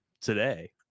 today